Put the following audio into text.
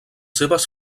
seves